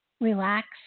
relax